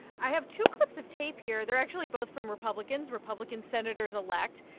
i have two clips of tape here. they're actually both from republicans, republican senators-elect,